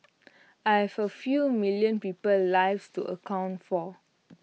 I have A few million people's lives to account for